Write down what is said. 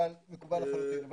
אם